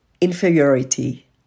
inferiority